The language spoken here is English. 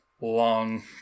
long